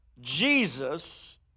Jesus